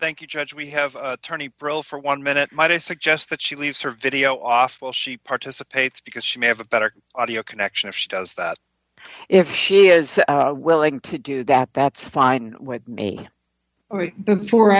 thank you judge we have attorney pro for one minute might i suggest that she leaves her video awful she participates because she may have a better audio connection if she does that if she is willing to do that that's fine with me for